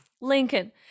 Lincoln